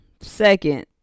second